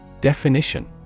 Definition